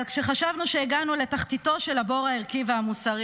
אבל כשחשבנו שהגענו לתחתיתו של הבור הערכי והמוסרי